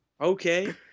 Okay